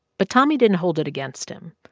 but tommy didn't hold it against him.